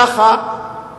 ככה